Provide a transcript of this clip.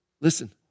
Listen